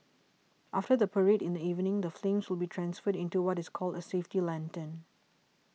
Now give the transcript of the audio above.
after the parade in the evening the flames will be transferred into what is called a safety lantern